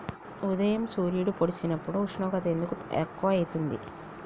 ఉదయం సూర్యుడు పొడిసినప్పుడు ఉష్ణోగ్రత ఎందుకు తక్కువ ఐతుంది?